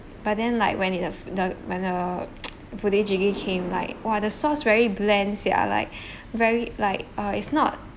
but then like when it UH the when the budae jjigae came like !wah! the sauce very bland sia like very like uh it's not